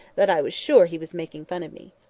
that i was sure he was making fun of me.